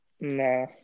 No